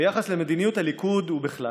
ביחס למדיניות הליכוד ובכלל.